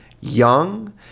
young